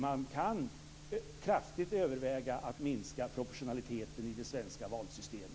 Man kan kraftigt överväga att minska proportionaliteten i det svenska valsystemet.